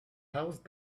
house